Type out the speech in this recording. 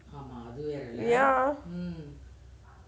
ya